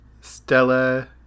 Stella